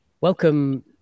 Welcome